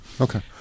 Okay